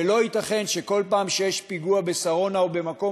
ולא ייתכן שבכל פעם שיש פיגוע בשרונה או במקום